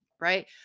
Right